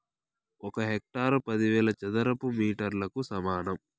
ఒక హెక్టారు పదివేల చదరపు మీటర్లకు సమానం